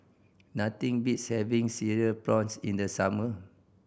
nothing beats having Cereal Prawns in the summer